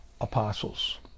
apostles